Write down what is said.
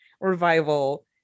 revival